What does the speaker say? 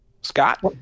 Scott